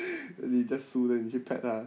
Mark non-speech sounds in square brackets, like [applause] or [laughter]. [laughs] 你 just 输 then 你去 pat lah